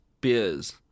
beers